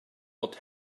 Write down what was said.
what